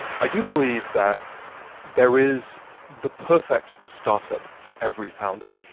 i do believe that there is the perfect startup for every founder.